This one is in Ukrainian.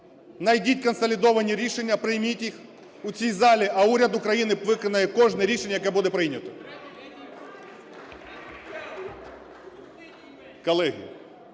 найдіть консолідовані рішення, прийміть їх у цій залі, а уряд України виконає кожне рішення, яке буде прийнято.